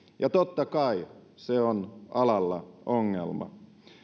ja totta kai se on alalla ongelma